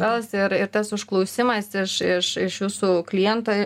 gal jisai ir ir tas užklausimas iš iš jūsų kliento